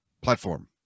platform